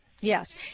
Yes